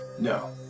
No